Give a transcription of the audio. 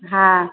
હા